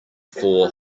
four